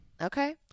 Okay